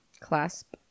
Clasp